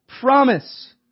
promise